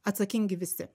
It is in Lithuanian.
atsakingi visi